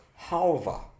halva